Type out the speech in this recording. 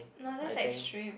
no that's extreme